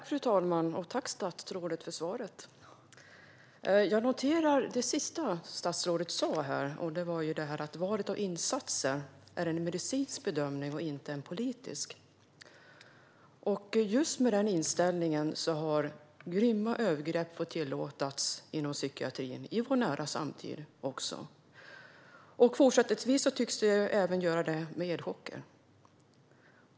Fru talman! Tack, statsrådet, för svaret! Jag noterar det sista statsrådet sa: Valet av insatser är en medicinsk bedömning och inte en politisk. Just med den inställningen har grymma övergrepp tillåtits inom psykiatrin även i vår nära samtid. Och fortsättningsvis tycks detta även gälla elchocker.